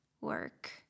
work